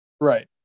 Right